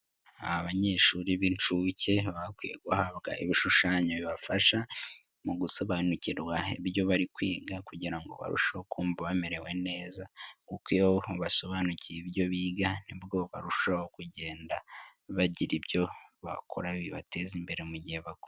Abanyeshuri bi inshuke baba bakwiye guhabwa ibishushanyo bibafasha mu gusobanukirwa ibyo bari kwiga kugirango barusheho kumva bamerewe neza kuko iyo basobanukiwe ibyo biga nibwo barushaho kujyenda bagira ibyo bakora mugihe bakura.